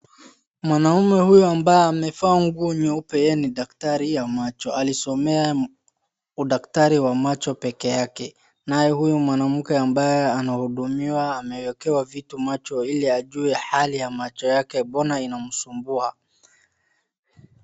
Mwanaume huyu ambaye amevaa nguo nyeupe yeye ni daktari ya macho, alisomea udakatari wa macho peke yake. Naye huyu mwanamke ambaye anahudumiwa amewekewa vitu macho ili ajue hali ya macho yake mbona inamsumbua.